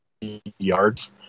yards